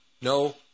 No